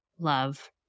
love